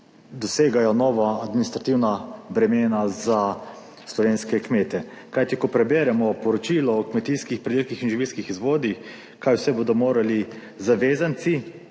dosegajo nova administrativna bremena za slovenske kmete. Kajti, ko preberemo poročilo o kmetijskih pridelkih in živilskih izvodih, kaj vse bodo morali zavezanci,